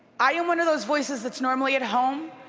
i am one of those voices that's normally at home